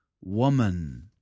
Woman